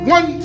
One